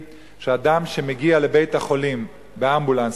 אדם שמגיע לבית-החולים באמבולנס,